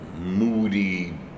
moody